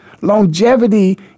longevity